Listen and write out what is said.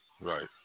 Right